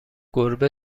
گربه